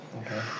Okay